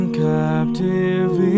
captive